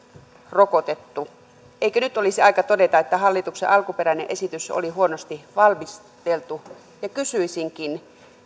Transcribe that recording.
rokotettu eikö nyt olisi aika todeta että hallituksen alkuperäinen esitys oli huonosti valmisteltu kysyisinkin